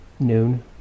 noon